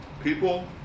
People